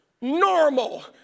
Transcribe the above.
normal